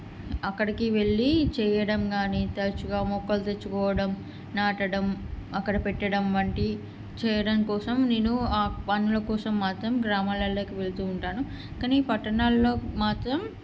అక్కడికి వెళ్ళి చేయడం కానీ తరుచుగా మొక్కలు తెచ్చుకోవడం నాటడం అక్కడ పెట్టడం వంటి చేయడం కోసం నేను ఆ పనుల కోసం మాత్రం గ్రామాలల్లోకి వెళుతూ ఉంటాను కానీ ఈ పట్టణాలల్లో మాత్రం